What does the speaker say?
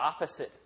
opposite